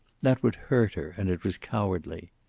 that would hurt her, and it was cowardly.